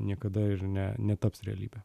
niekada ir ne netaps realybe